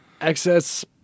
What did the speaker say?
excess